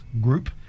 Group